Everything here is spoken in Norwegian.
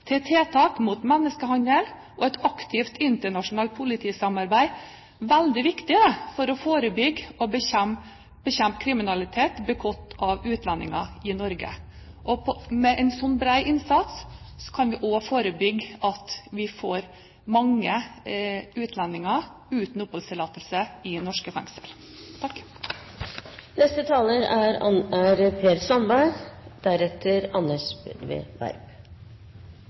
til tiltak mot menneskehandel og et aktivt internasjonalt politisamarbeid veldig viktig for å forebygge og bekjempe kriminalitet begått av utlendinger i Norge. Med en slik bred innsats kan vi også forebygge at vi får mange utlendinger uten oppholdstillatelse i norske